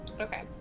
Okay